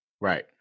Right